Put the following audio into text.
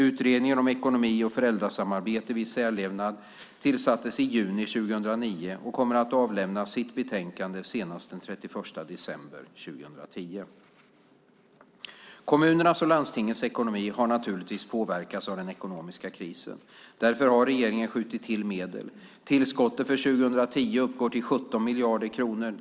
Utredningen om ekonomi och föräldrasamarbete vid särlevnad tillsattes i juni 2009 och kommer att avlämna sitt betänkande senast den 31 december 2010. Kommunernas och landstingens ekonomi har naturligtvis påverkats av den ekonomiska krisen. Därför har regeringen skjutit till medel. Tillskottet för 2010 uppgår till 17 miljarder kronor.